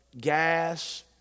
gas